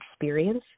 experience